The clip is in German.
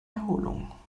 erholung